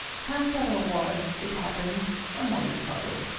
kantaro was, it happens, a mollycoddle.